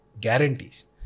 guarantees